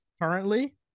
Currently